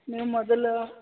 ನೀವು ಮೊದಲು